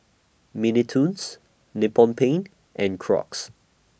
Mini Toons Nippon Paint and Crocs